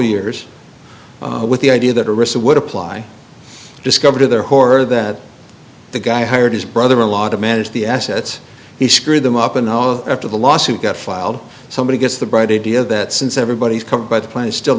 years with the idea that arista would apply discover to their horror that the guy hired his brother in law to manage the assets he screwed them up in no after the lawsuit got filed somebody gets the bright idea that since everybody is covered by the plan is still